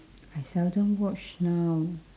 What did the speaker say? I seldom watch now